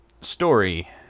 Story